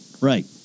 Right